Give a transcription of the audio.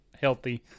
healthy